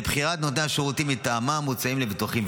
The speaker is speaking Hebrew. לבחירת נותני השירותים המוצעים למבוטחים,